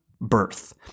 birth